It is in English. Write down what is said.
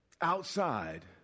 outside